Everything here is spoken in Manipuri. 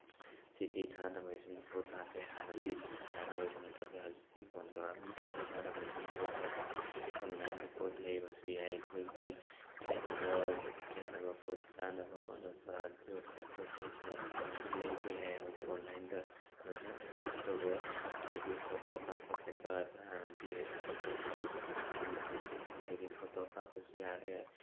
ꯆꯤꯊꯤ ꯊꯥꯅꯕꯒꯤꯁꯨ ꯃꯊꯧ ꯇꯥꯗ꯭ꯔꯦ ꯍꯥꯟꯅꯗꯤ ꯆꯤꯊꯤ ꯊꯥꯅꯕꯒꯤꯁꯨ ꯃꯊꯧ ꯇꯥꯏ ꯍꯧꯖꯤꯛꯇꯤ ꯐꯣꯟ ꯊꯣꯔꯛꯑꯝꯅꯤꯅ ꯆꯤꯊꯤ ꯊꯥꯅꯕꯒꯤꯁꯨ ꯃꯊꯧ ꯇꯥꯗ꯭ꯔꯦ ꯑꯣꯟꯂꯥꯏꯟꯗ ꯄꯣꯠ ꯂꯩꯕꯁꯨ ꯌꯥꯏ ꯑꯩꯈꯣꯏꯒꯤ ꯁꯦꯠꯅꯕ ꯁꯦꯠꯅꯕ ꯄꯣꯠ ꯆꯥꯅꯕ ꯈꯣꯠꯅꯕ ꯑꯗꯨ ꯑꯗꯥ ꯄꯣꯠ ꯆꯩꯁꯤꯡ ꯑꯩꯈꯣꯏ ꯂꯣꯏꯅ ꯂꯩꯕ ꯌꯥꯏ ꯍꯧꯖꯤꯛ ꯑꯣꯟꯂꯥꯏꯟꯗ ꯂꯣꯏꯅ ꯀꯩꯅꯣꯝ ꯇꯧꯕ ꯌꯥꯏ ꯑꯗꯨꯗꯒꯤ ꯐꯣꯇꯣ ꯀꯥꯞꯄ ꯈꯣꯠꯄ ꯑꯩꯈꯣꯏ ꯍꯥꯟꯅꯗꯤ ꯐꯣꯇꯣ ꯆꯥꯝꯕ ꯈꯣꯠꯄ ꯑꯣꯏꯅ ꯆꯠꯂꯝꯃꯤ ꯍꯧꯖꯤꯛꯇꯤ ꯐꯣꯟꯗꯒꯤ ꯐꯣꯇꯣ ꯀꯥꯞꯄꯁꯨ ꯌꯥꯔꯦ